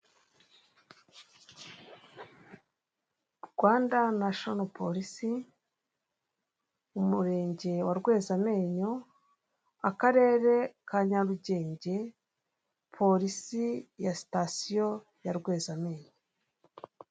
Rwanda nashino polisi mu murenge wa Rwezamenyo akarere ka Nyarugenge polisi ya sitasiyo ya Rwezamenyo.